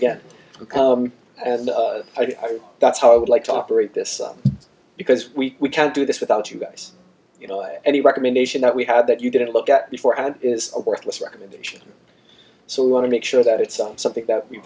again and i think that's how i would like to operate this because we can't do this without you guys you know any recommendation that we had that you didn't look at before and is a worthless recommendation so we want to make sure that it's not something that we've